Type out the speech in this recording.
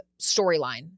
storyline